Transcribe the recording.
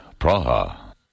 Praha